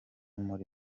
muri